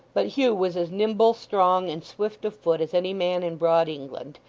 but hugh was as nimble, strong, and swift of foot, as any man in broad england,